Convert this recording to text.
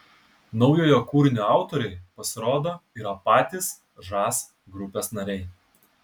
naujojo kūrinio autoriai pasirodo yra patys žas grupės nariai